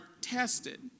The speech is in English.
tested